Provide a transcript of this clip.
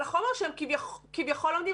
על החומר שהם כביכול לומדים.